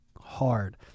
hard